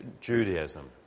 Judaism